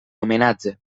homenatge